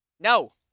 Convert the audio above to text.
No